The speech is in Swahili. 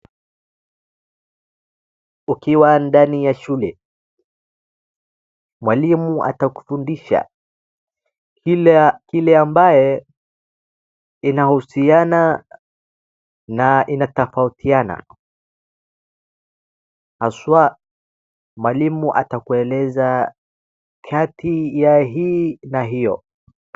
Ukiwa ndani ya shule, mwalimu atakufundisha kile ambaye inahusiana na inatofautiana, haswa mwalimu atakueleza kati ya hii na hio.